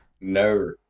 No